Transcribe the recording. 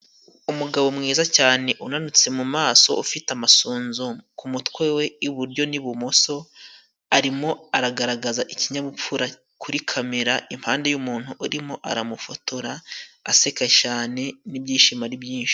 Umugabo mwiza cyane unanutse mu maso, ufite amasunzu ku mutwe we iburyo n'ibumoso, arimo aragaragaza ikinyabupfura kuri kamera impande y'umuntu urimo aramufotora aseka shane n'ibyishimo ari byinshi.